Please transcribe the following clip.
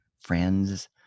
friends